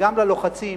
וגם ללוחצים: